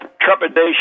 trepidation